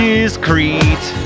Discrete